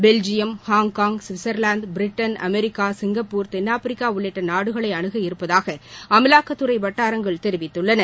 Belgium Hong Kong Switzerland Britain America Singapore தென்னாப்பிரிக்கா உள்ளிட்ட நாடுகளை அணுக இருப்பதாக அமலாக்கத்துறை வட்டாரங்கள் தெரிவித்துள்ளன